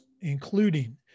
including